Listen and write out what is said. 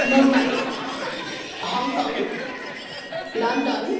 Mumbai Hong Kong London